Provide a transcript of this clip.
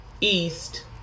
east